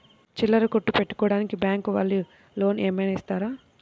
చిల్లర కొట్టు పెట్టుకోడానికి బ్యాంకు వాళ్ళు లోన్ ఏమైనా ఇస్తారా?